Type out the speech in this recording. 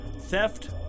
Theft